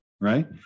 right